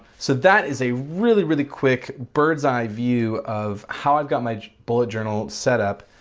so that is a really really quick bird's-eye view of how i've got my bullet journal set up.